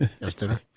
yesterday